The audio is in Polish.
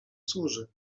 służy